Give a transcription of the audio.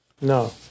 No